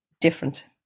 different